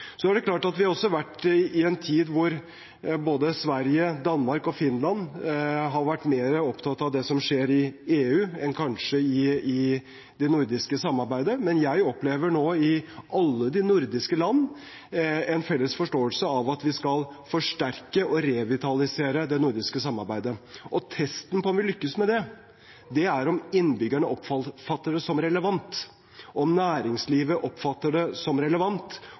Så er det klart at vi også har vært i en tid da både Sverige, Danmark og Finland har vært mer opptatt av det som skjer i EU enn kanskje innenfor det nordiske samarbeidet, men jeg opplever nå i alle de nordiske land en felles forståelse av at vi skal forsterke og revitalisere det nordiske samarbeidet. Testen på om vi lykkes med det, er om innbyggerne oppfatter det som relevant, om næringslivet oppfatter det som relevant,